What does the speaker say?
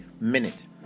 minute